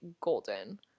golden